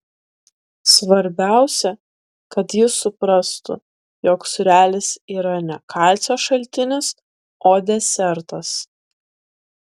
svarbiausia kad jis suprastų jog sūrelis yra ne kalcio šaltinis o desertas